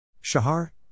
Shahar